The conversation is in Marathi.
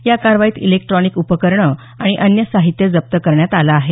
या कारवाईत इलेक्ट्रॉनिक उपकरणं आणि अन्य साहित्य जप्त करण्यात आलं आहे